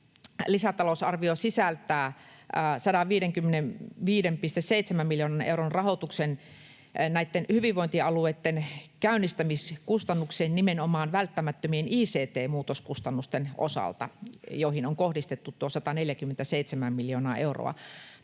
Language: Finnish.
lisätalousarvio sisältää 155,7 miljoonan euron rahoituksen näitten hyvinvointialueitten käynnistämiskustannuksiin nimenomaan välttämättömien ict-muutoskustannusten osalta, joihin on kohdistettu 147 miljoonaa euroa.